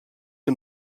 and